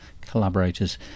collaborators